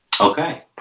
Okay